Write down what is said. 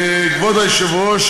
כבוד היושב-ראש,